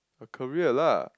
a career lah